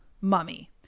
mummy